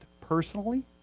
personally